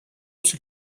przy